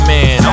Man